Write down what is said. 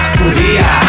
furia